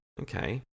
okay